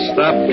Stop